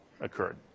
occurred